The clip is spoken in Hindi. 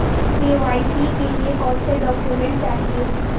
के.वाई.सी के लिए कौनसे डॉक्यूमेंट चाहिये?